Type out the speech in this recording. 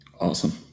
Awesome